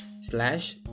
slash